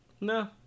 No